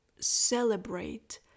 celebrate